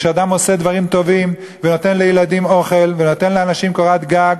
כשאדם עושה דברים טובים ונותן לילדים אוכל ונותן לאנשים קורת גג,